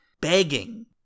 begging